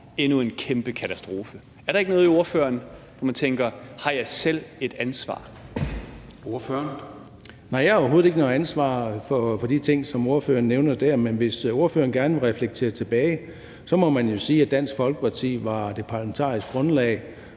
endnu en kæmpe katastrofe? Er der ikke noget i ordføreren, der tænker: Har jeg selv et ansvar? Kl. 14:10 Formanden (Søren Gade): Ordføreren. Kl. 14:10 Søren Egge Rasmussen (EL): Nej, jeg har overhovedet ikke noget ansvar for de ting, som ordføreren nævner der, men hvis ordføreren gerne vil reflektere tilbage, må man jo sige, at Dansk Folkeparti var det parlamentariske grundlag